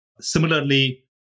Similarly